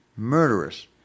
murderous